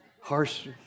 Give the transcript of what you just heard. harsh